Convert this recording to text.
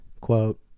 quote